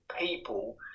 people